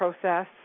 process